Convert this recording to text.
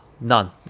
None